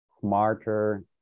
smarter